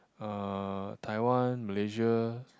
uh Taiwan Malaysia